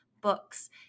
books